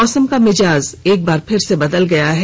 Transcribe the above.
मौसम का मिजाज एक बार फिर से बदल गया है